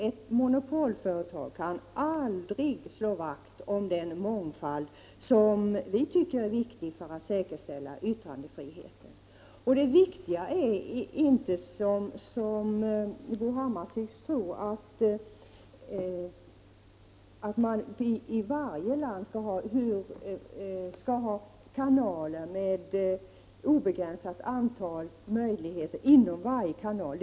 Ett monopolföretag kan aldrig slå vakt om den mångfald som vi tycker är viktig för att säkerställa yttrandefriheten. Det viktiga är inte, som Bo Hammar tycks tro, att man i varje land skall ha kanaler med ett obegränsat antal möjligheter inom varje kanal.